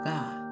God